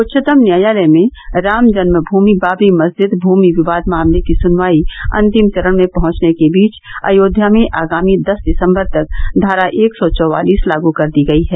उच्चतम न्यायालय में राम जन्म भूमि बाबरी मस्जिद भूमि विवाद मामले की सुनवाई अन्तिम चरण में पहुंचने के बीच अयोध्या में आगामी दस दिसंग्बर तक धारा एक सौ चौवालीस लागू कर दी गयी है